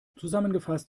zusammengefasst